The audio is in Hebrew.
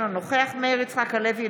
אינו נוכח מאיר יצחק הלוי,